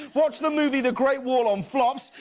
watch the movie the great wall on flops.